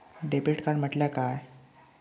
Debit card म्हटल्या काय?